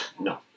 No